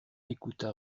écouta